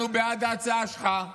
אנחנו צריכים לתקן את הנזקים